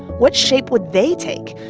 what shape would they take?